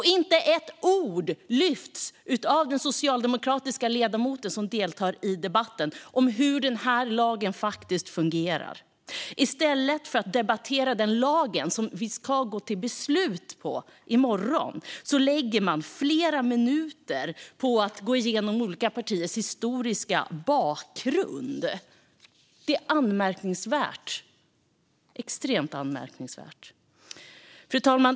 Den socialdemokratiske ledamot som deltar i den här debatten säger inte heller ett ord om hur den här lagen faktiskt fungerar. I stället för att debattera den lag vi ska fatta beslut om i morgon lägger man flera minuter på att gå igenom olika partiers historiska bakgrund. Det är extremt anmärkningsvärt. Fru talman!